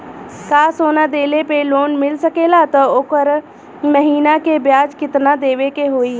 का सोना देले पे लोन मिल सकेला त ओकर महीना के ब्याज कितनादेवे के होई?